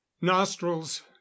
nostrils